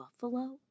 buffalo